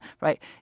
right